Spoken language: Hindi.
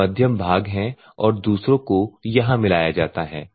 ये मध्यम भाग हैं और दूसरों को यहां मिलाया जाता है